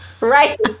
right